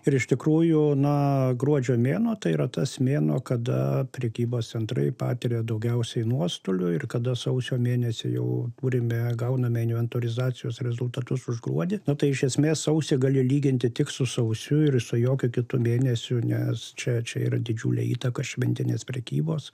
ir iš tikrųjų na gruodžio mėnuo tai yra tas mėnuo kada prekybos centrai patiria daugiausiai nuostolių ir kada sausio mėnesį jau turime gauname inventorizacijos rezultatus už gruodį na tai iš esmės sausį gali lyginti tik su sausiu ir su jokiu kitu mėnesiu nes čia čia yra didžiulė įtaka šventinės prekybos